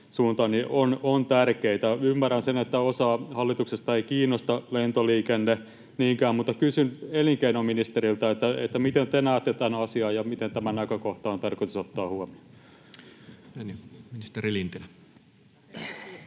suuntaan. Ymmärrän, että osaa hallituksesta ei kiinnosta lentoliikenne niinkään, mutta kysyn elinkeinoministeriltä: miten te näette tämän asian, ja miten tämä näkökohta on tarkoitus ottaa huomioon? [Speech 71]